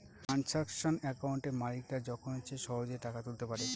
transaction একাউন্টে মালিকরা যখন ইচ্ছে সহেজে টাকা তুলতে পারে